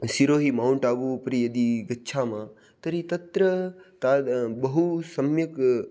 Sirohi mount Abu उपरि यदि गच्छामः तर्हि तत्र ता बहुसम्यक्